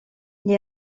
gli